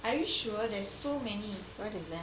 are you sure there's so many